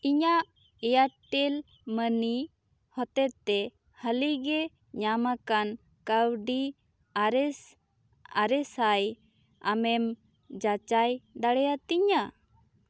ᱤᱧᱟᱹᱜ ᱮᱭᱟᱨᱴᱮᱞ ᱢᱟ ᱱᱤ ᱦᱚᱛᱮᱛᱮ ᱦᱟᱹᱞᱤᱜᱮ ᱧᱟᱢᱟᱠᱟᱱ ᱠᱟ ᱣᱰᱤ ᱟᱨᱮᱥ ᱟᱨᱮ ᱥᱟᱭ ᱟᱢᱮᱢ ᱡᱟᱪᱟᱭ ᱫᱟᱲᱮᱭᱟᱛᱤᱧᱟ